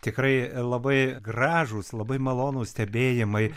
tikrai labai gražūs labai malonūs stebėjimai